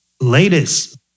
latest